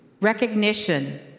recognition